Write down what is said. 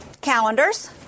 calendars